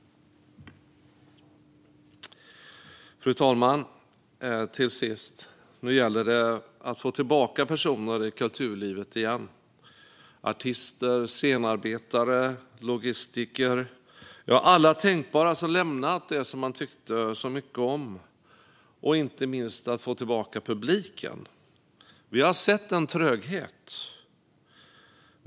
Fru talman! Nu gäller det att få tillbaka personer in i kulturlivet igen - artister, scenarbetare, logistiker och alla tänkbara personer som har lämnat det som de tyckte så mycket om. Och inte minst gäller det att få tillbaka publiken. Vi har sett en tröghet.